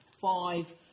five